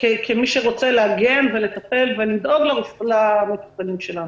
כמי שרוצים להגן ולטפל ולדאוג למטופלים שלנו.